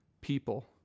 people